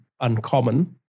uncommon